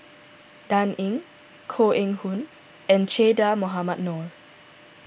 Dan Ying Koh Eng Hoon and Che Dah Mohamed Noor